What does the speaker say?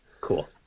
Cool